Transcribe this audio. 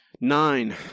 Nine